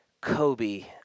Kobe